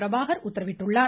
பிரபாகர் உத்தரவிட்டுள்ளார்